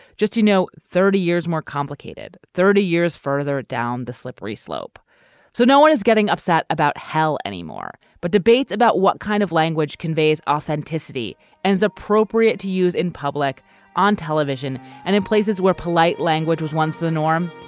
just you know thirty years more complicated thirty years further down the slippery slope so no one is getting upset about hell anymore but debates about what kind of language conveys authenticity and is appropriate to use in public on television and in places where polite language was once the norm.